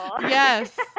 Yes